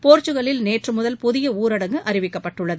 போர்ககல்லில் நேற்று முதல் புதிய ஊரடங்கு அறிவிக்கப்பட்டுள்ளது